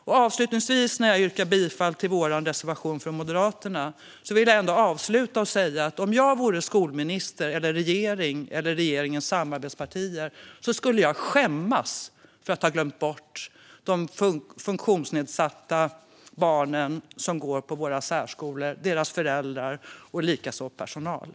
När jag nu yrkar bifall till Moderaternas reservation vill jag avsluta med att säga att om jag vore skolminister eller tillhörde något av regerings eller samarbetspartierna skulle jag skämmas över att ha glömt bort de funktionsnedsatta barnen i särskolorna, deras föräldrar och även personalen.